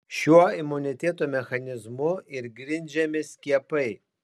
šiuo imuniteto mechanizmu ir grindžiami skiepai